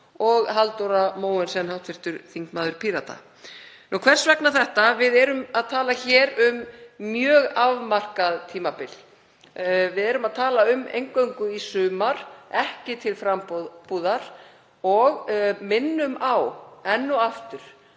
og Halldóra Mogensen, hv. þm. Pírata. Hvers vegna þetta? Við erum að tala um mjög afmarkað tímabil. Við erum að tala um eingöngu í sumar, ekki til frambúðar og minnum á, enn og aftur,